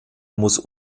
muss